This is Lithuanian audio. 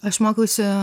aš mokausi